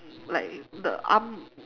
like the arm